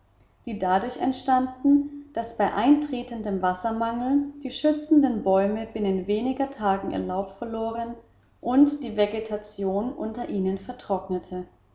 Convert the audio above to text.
die dadurch entstanden daß bei eintretendem wassermangel die schützenden bäume binnen wenigen tagen ihr laub verloren und die vegetation unter ihnen vertrocknete